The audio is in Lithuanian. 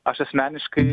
aš asmeniškai